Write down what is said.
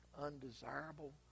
undesirable